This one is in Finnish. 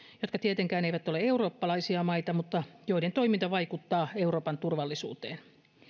jotka tietenkään eivät ole eurooppalaisia maita mutta joiden toiminta vaikuttaa euroopan turvallisuuteen